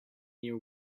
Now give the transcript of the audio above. near